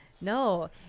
No